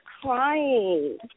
crying